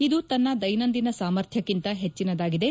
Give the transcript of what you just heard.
ಇದು ತನ್ನ ದೈನಂದಿನ ಸಾಮರ್ಥ್ಲಕ್ಕಿಂತ ಹೆಚ್ಚಿನದಾಗಿದೆ